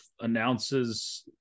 announces